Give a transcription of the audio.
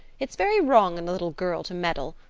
it's very wrong in a little girl to meddle.